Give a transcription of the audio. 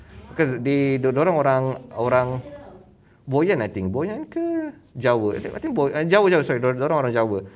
because they dia dia orang orang boyan I think boyan ke jawa I think bo~ err jawa jawa sorry dia orang orang jawa